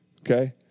okay